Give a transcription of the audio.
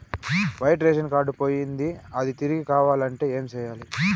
white ration card పోయింది అది తిరిగి కావాలంటే ఏం సేయాలి